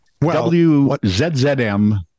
WZZM